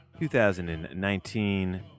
2019